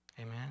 Amen